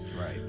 right